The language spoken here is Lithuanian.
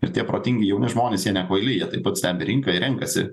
ir tie protingi jauni žmonės jie nekvaili jie taip pat stebi rinką ir renkasi